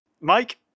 Mike